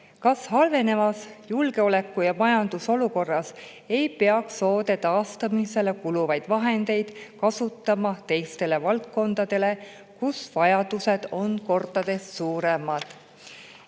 "Kas halvenevas julgeoleku- ja majandusolukorras ei peaks soode taastamisele kuluvaid vahendeid kasutama teistele valdkondadele, kus vajadused on kordades suuremad?"